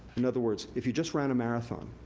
in other words, if you just ran a marthon,